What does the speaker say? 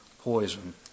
poison